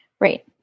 Right